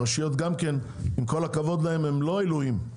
הרשויות הן לא אלוהים.